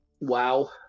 Wow